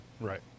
Right